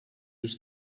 yüz